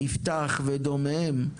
יפתח ודומיהם.